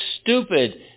stupid